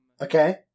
Okay